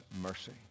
mercy